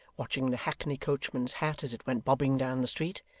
watching the hackney-coachman's hat as it went bobbing down the street.